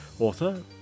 author